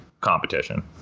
competition